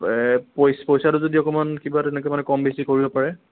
পইচাটো যদি অকণ মান কিবা তেনেকৈ মানে কম বেছি কৰিব পাৰে